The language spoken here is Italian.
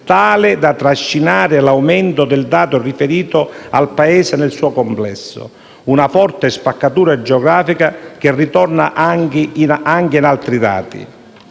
tale da trascinare l'aumento del dato riferito al Paese nel suo complesso: una forte spaccatura geografica che ritorna anche in altri dati.